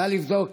נא לבדוק